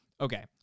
Okay